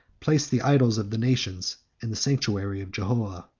placed the idols of the nations in the sanctuary of jehovah,